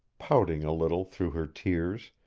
pouting a little through her tears,